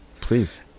please